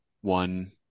one